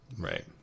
Right